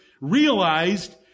realized